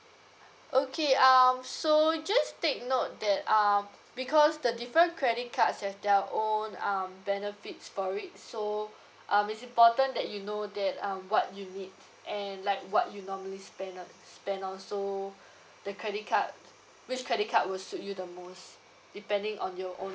okay um so just take note that um because the different credit cards have their own um benefits for it so um is important that you know that um what you need and like what you normally spend on spend on so the credit card which credit card will suit you to most depending on your own